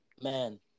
man